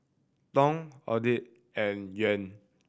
Dong AUD and Yuan